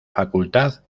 facultad